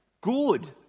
good